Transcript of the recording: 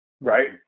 right